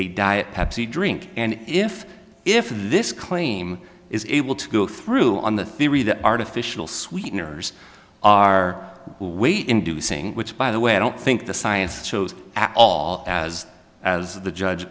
a diet pepsi drink and if if this claim is able to go through on the theory that artificial sweeteners are way inducing which by the way i don't think the science shows at all as as the judge